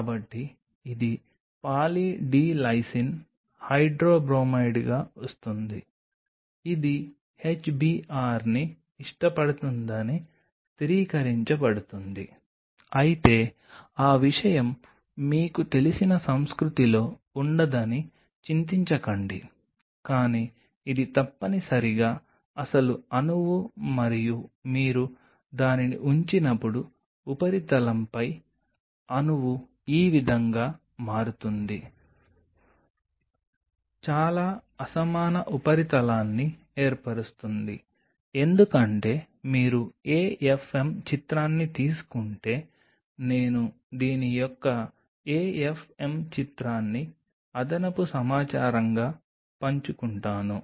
కాబట్టి ఇది poly D lysine హైడ్రోబ్రోమైడ్గా వస్తుంది ఇది HBRని ఇష్టపడుతుందని స్థిరీకరించబడుతుంది అయితే ఆ విషయం మీకు తెలిసిన సంస్కృతిలో ఉండదని చింతించకండి కానీ ఇది తప్పనిసరిగా అసలు అణువు మరియు మీరు దానిని ఉంచినప్పుడు ఉపరితలంపై అణువు ఈ విధంగా మారుతుంది చాలా అసమాన ఉపరితలాన్ని ఏర్పరుస్తుంది ఎందుకంటే మీరు AFM చిత్రాన్ని తీసుకుంటే నేను దీని యొక్క AFM చిత్రాన్ని అదనపు సమాచారంగా పంచుకుంటాను